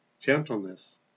gentleness